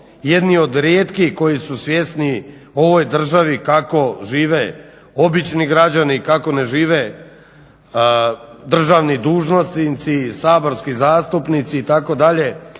jedni od rijetkih koji su svjesni u ovoj državi kako žive obični građani, kako ne žive državni dužnosnici i saborski zastupnici itd.